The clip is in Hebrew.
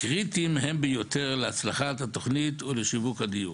קריטיים הם ביותר להצלחת התוכנית ולשיווק הדיור.